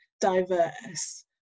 diverse